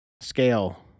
scale